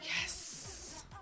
Yes